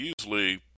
usually